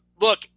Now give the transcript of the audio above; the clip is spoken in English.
Look